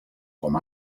com